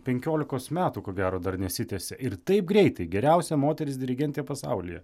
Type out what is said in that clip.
penkiolikos metų ko gero dar nesitęsia ir taip greitai geriausia moteris dirigentė pasaulyje